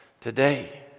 today